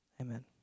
Amen